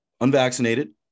unvaccinated